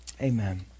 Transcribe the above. Amen